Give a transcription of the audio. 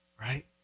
Right